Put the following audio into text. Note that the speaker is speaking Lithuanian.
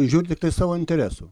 žiūrit tiktai savo interesų